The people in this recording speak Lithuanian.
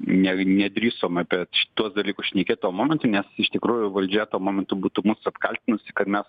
ne nedrįsom apie šituos dalykus šnekėt tuo momentu nes iš tikrųjų valdžia tuo momentu būtų mus apkaltinusi kad mes